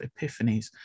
Epiphanies